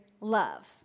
love